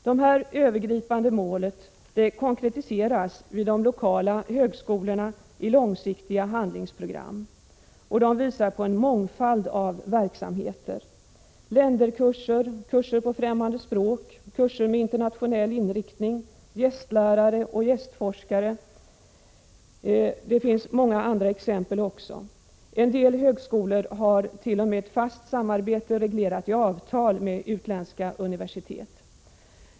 Det här övergripande målet konkretiseras vid de lokala högskolorna i långsiktiga handlingsprogram, som visar på en mångfald verksamheter: länderkurser, kurser på främmande språk, kurser med internationell inriktning, gästlärare och gästforskare. Det finns många andra exempel också. En del högskolor har t.o.m. fast samarbete, reglerat i avtal, med utländska universitet.